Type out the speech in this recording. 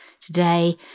today